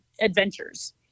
adventures